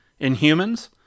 inhumans